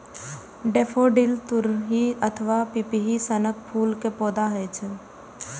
daffodil तुरही अथवा पिपही सनक फूल के पौधा होइ छै